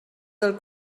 del